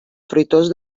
fruitós